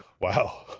wow.